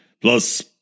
plus